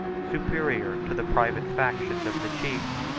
superior to the private factions of the chiefs,